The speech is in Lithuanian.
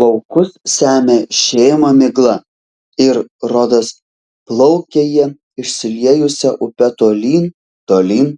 laukus semia šėma migla ir rodos plaukia jie išsiliejusia upe tolyn tolyn